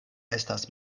estas